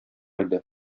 иде